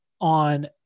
on-